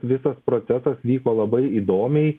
visas procesas vyko labai įdomiai